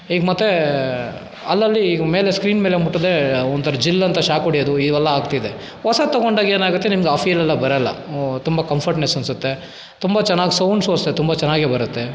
ಈಗ ಮತ್ತೆ ಅಲ್ಲಲ್ಲಿ ಈಗ ಮೇಲೆ ಸ್ಕ್ರೀನ್ ಮೇಲೆ ಮುಟ್ಟದೇ ಒಂಥರ ಜಿಲ್ ಅಂತ ಶಾಕ್ ಹೊಡ್ಯೋದು ಇವೆಲ್ಲ ಆಗ್ತಿದೆ ಹೊಸದು ತಗೊಂಡಾಗ ಏನಾಗುತ್ತೆ ನಿಮ್ಗೆ ಆ ಫೀಲ್ ಎಲ್ಲ ಬರಲ್ಲ ತುಂಬ ಕಂಫರ್ಟ್ನೆಸ್ ಅನ್ಸುತ್ತೆ ತುಂಬ ಚೆನ್ನಾಗಿ ಸೌಂಡ್ಸು ಅಷ್ಟೆ ತುಂಬ ಚೆನ್ನಾಗೇ ಬರುತ್ತೆ